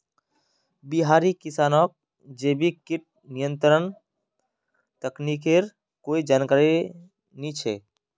बिहारी किसानक जैविक कीट नियंत्रण तकनीकेर कोई जानकारी नइ छ